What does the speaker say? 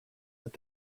that